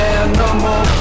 animal